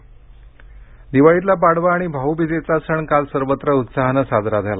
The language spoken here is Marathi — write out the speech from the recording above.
पाडवा भाऊबीज दिवाळीतला पाडवा आणि भाऊबीजेचा सण काल सर्वत्र उत्साहानं साजरा झाला